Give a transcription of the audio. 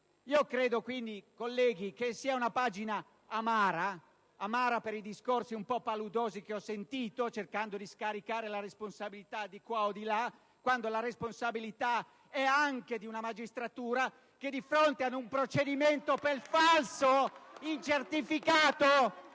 e bello caldo! Colleghi, credo che sia una pagina amara: amara per i discorsi un po' paludosi che ho sentito, dove si cerca di scaricare la responsabilità di qua o di là, quando la responsabilità è anche di una magistratura che di fronte ad un procedimento per falso in certificato